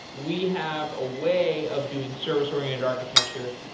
we have a way of doing service-oriented architecture.